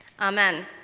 Amen